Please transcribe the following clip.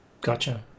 Gotcha